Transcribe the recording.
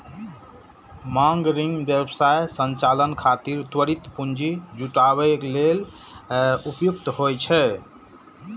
मांग ऋण व्यवसाय संचालन खातिर त्वरित पूंजी जुटाबै लेल उपयुक्त होइ छै